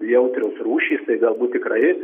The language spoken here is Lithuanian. jautrios rūšys tai galbūt tikrai